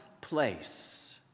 place